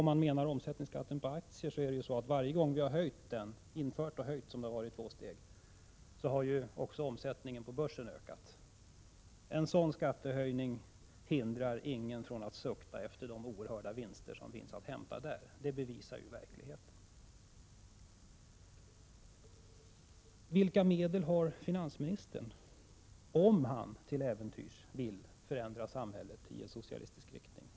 Om man menar omsättningsskatten på aktier, har det inträffat att varje gång vi har infört och höjt den — det har skett i två steg — har också omsättningen på börsen ökat. En sådan skattehöjning hindrar ingen från att sukta efter de oerhörda vinster som finns att hämta där. Det bevisar verkligheten. Vilka medel har finansministern, om han till äventyrs vill förändra samhället i socialistisk riktning?